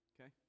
Okay